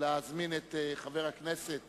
להזמין את חבר הכנסת